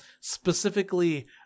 specifically